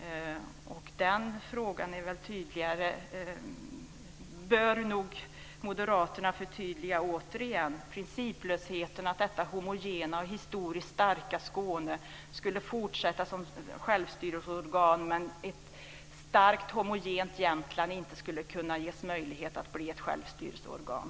I den frågan bör nog Moderaterna återigen förtydliga sig. Det gäller principlösheten i att detta homogena, historiska starka Skåne skulle fortsätta ha ett organ för självstyre medan ett starkt, homogent Jämtland inte skulle kunna ges möjlighet att få ett självstyrelseorgan.